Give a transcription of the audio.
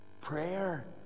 Prayer